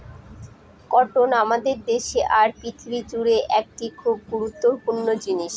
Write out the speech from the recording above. cotton আমাদের দেশে আর পৃথিবী জুড়ে একটি খুব গুরুত্বপূর্ণ জিনিস